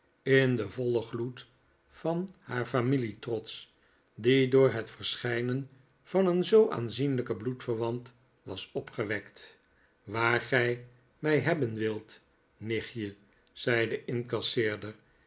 in den vollen gloed van haar familietrots die door het verschijnen van een zoo aanzienlijken bloedverwant was opgewekt waar gij mij hebben wilt nicht zei de incasseerder